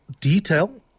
detail